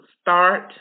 start